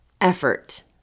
effort